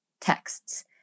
texts